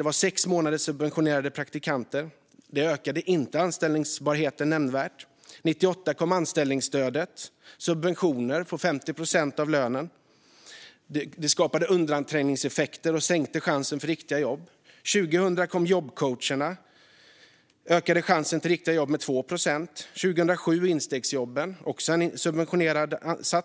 Det var fråga om sex månaders subventionerad praktik, och det ökade inte anställbarheten nämnvärt. År 1998 kom anställningsstödet. Det var subventioner på 50 procent av lönen, och det skapade undanträngningseffekter och sänkte chansen för riktiga jobb. År 2000 kom jobbcoacherna. Det ökade chansen till riktiga jobb med 2 procent. År 2007 kom instegsjobben. Det var också en subventionerad